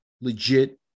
legit